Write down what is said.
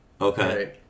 Okay